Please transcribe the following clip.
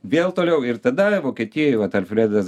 vėl toliau ir tada vokietijoj vat alfredas